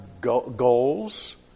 goals